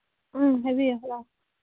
ꯎꯝ ꯍꯥꯏꯕꯤꯌꯨ ꯍꯂꯣ